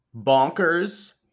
bonkers